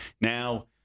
Now